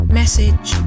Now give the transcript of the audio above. message